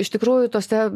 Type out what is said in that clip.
iš tikrųjų tose